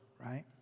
right